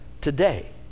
today